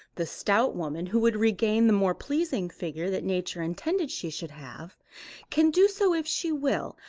the stout woman who would regain the more pleasing figure that nature intended she should have can do so if she will,